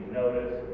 notice